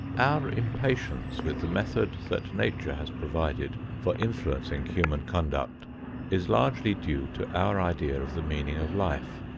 our impatience with the method that nature has provided for influencing human conduct is largely due to our idea of the meaning of life.